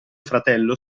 fratello